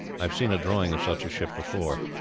i have seen a drawing of such a ship before.